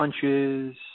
punches